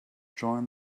join